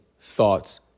thoughts